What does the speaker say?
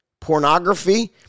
pornography